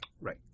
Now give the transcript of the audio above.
right